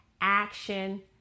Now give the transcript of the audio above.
action